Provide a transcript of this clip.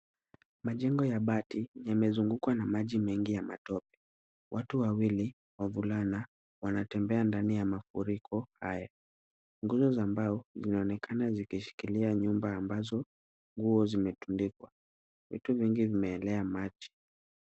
Majengo ya bati yamezungukwa na maji mengi ya matope. Watu wawili wavulana wanatembea ndani ya mafuriko haya. Nguzo za mbao zinaonekana zikishikilia nyumba ambazo nguo zimetundikwa. Vitu vingi vimeelea maji.